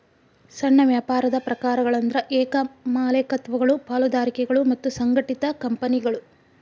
ಸಣ್ಣ ವ್ಯಾಪಾರದ ಪ್ರಕಾರಗಳಂದ್ರ ಏಕ ಮಾಲೇಕತ್ವಗಳು ಪಾಲುದಾರಿಕೆಗಳು ಮತ್ತ ಸಂಘಟಿತ ಕಂಪನಿಗಳು